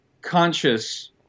conscious